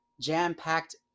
jam-packed